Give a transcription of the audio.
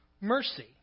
mercy